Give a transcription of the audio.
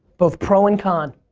both pro and con.